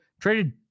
Traded